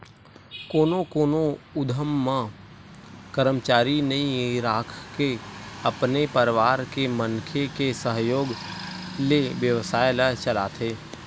कोनो कोनो उद्यम म करमचारी नइ राखके अपने परवार के मनखे के सहयोग ले बेवसाय ल चलाथे